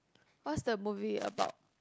what's the movie about